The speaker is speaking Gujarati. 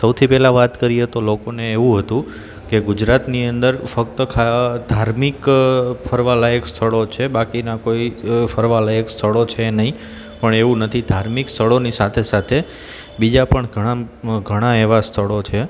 સૌથી પહેલાં વાત કરીએ તો લોકોને એવું હતું કે ગુજરાતની અંદર ફક્ત ધાર્મિક ફરવા લાયક સ્થળો છે બાકીનાં કોઈ ફરવા લાયક સ્થળો છે નહીં પણ એવું નથી ધાર્મિક સ્થળોની સાથે સાથે બીજા પણ ઘણાં ઘણાં એવાં સ્થળો છે